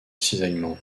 cisaillement